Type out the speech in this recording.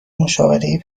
مشاوره